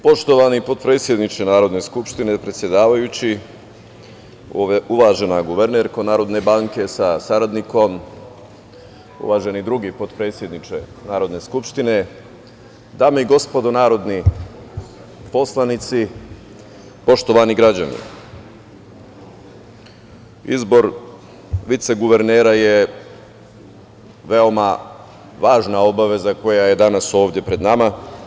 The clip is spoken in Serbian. Poštovani potpredsedniče Narodne skupštine predsedavajući, uvažena guvernerko Narodne banke sa saradnikom, uvaženi drugi potpredsedniče Narodne skupštine, dame i gospodo narodni poslanici, poštovani građani, izbor viceguvernera je veoma važna obaveza koja je danas ovde pred nama.